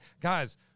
guys